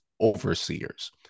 overseers